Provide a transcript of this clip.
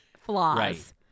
flaws